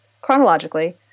chronologically